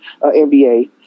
NBA